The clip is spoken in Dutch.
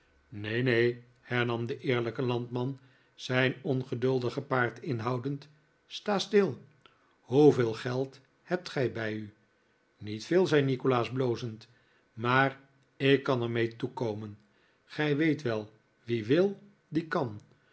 neen neen hernam de eerlijke landman zijn ongeduldige paard inhoudend sta stiff hoeveel geld hebt gij bij u niet veel zei nikolaas blozend maar ik kan er mee toekomen gij weet wel wie wil die kan